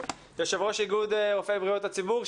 יושב ראש איגוד רופאי בריאות הציבור.